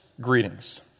greetings